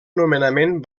nomenament